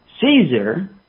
Caesar